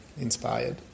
inspired